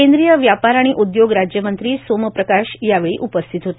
केंद्रीय व्यापार आणि उदयोग राज्यमंत्री सोमप्रकाश यावेळी उपस्थित होते